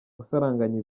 gusaranganya